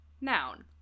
noun